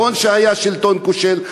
נכון שהיה שלטון כושל,